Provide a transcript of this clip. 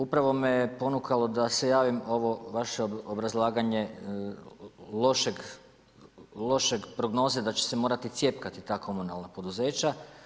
Upravo me ponukalo da se javim ovo vaše obrazlaganje loše prognoze da će se morati cjepkati ta komunalna poduzeća.